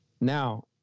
Now